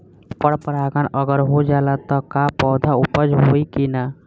पर परागण अगर हो जाला त का पौधा उपज होई की ना?